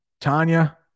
tanya